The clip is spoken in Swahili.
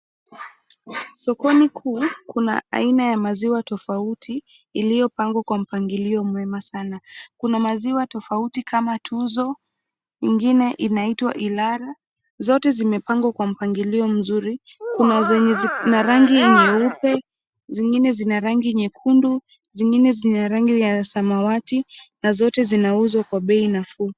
Sokoni kuu kuna aina ya maziwa tofauti iliyopangwa kwa mpagilio mwema sana, Kuna maziwa tofauti kama tuzo, ingine inaitwa ilara, zote zimepangwa kwa mpangilio mzuri, kuna zenye zina rangi nyeupe, zingine zina rangi nyekundu, zingine zina rangi ya samawati na zote zinauzwa kwa bei nafuu.